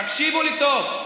תקשיבו לי טוב,